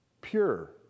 pure